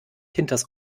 hinters